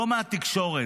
לא מהתקשורת,